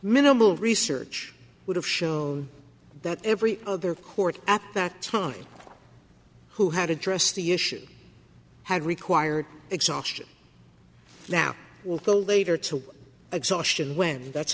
minimal research would have shown that every other court at that time who had addressed the issue had required exhaustion now with a later to exhaustion when that's